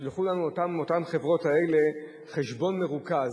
ישלחו לנו אותן חברות חשבון מרוכז,